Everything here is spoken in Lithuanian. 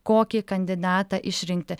kokį kandidatą išrinkti